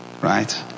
right